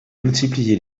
multiplié